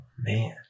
Man